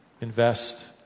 invest